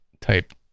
type